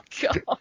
god